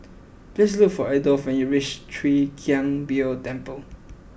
please look for Adolf when you reach Chwee Kang Beo Temple